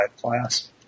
class